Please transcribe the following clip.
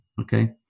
okay